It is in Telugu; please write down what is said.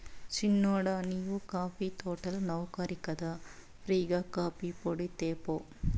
సిన్నోడా నీవు కాఫీ తోటల నౌకరి కదా ఫ్రీ గా కాఫీపొడి తేపో